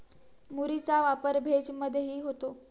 मुरीचा वापर भेज मधेही होतो